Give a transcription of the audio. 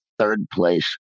third-place